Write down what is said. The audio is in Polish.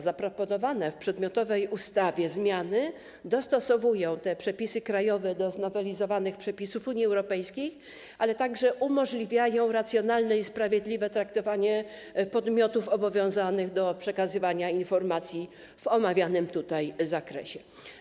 Zaproponowane w przedmiotowej ustawie zmiany dostosowują przepisy krajowe do znowelizowanych przepisów Unii Europejskiej, ale także umożliwiają racjonalne i sprawiedliwe traktowanie podmiotów obowiązanych do przekazywania informacji w omawianym zakresie.